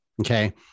okay